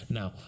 Now